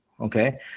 okay